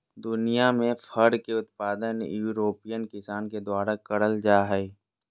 दुनियां में फर के उत्पादन यूरोपियन किसान के द्वारा करल जा हई